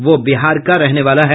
वह बिहार का रहने वाला है